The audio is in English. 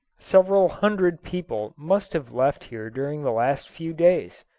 several hundred people must have left here during the last few days.